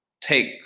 take